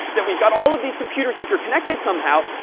that we've got all of these computers interconnected somehow,